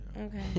Okay